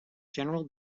general